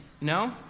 no